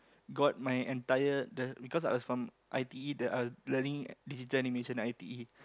got my entire the because I was from i_t_e the uh learning digital animation i_t_e